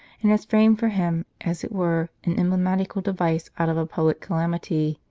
and has framed for him as it were an emblematical device out of a public calamity,